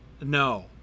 no